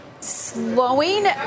slowing